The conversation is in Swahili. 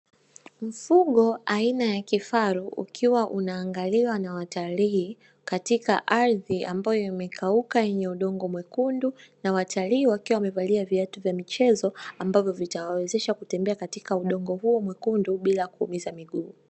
Mfugo aina ya kifaru ukiwa unaangaliwa na watalii katika ardhi ambayo imekauka yenye udongo mwekundu na watalii wakiwa wamevalia viatu vya michezo ambavyo vitawawezesha kutembea katika udongo huo mwekundu bila kuumiza miguu.